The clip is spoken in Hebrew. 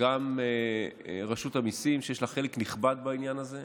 גם רשות המיסים, שיש לה חלק נכבד בעניין הזה,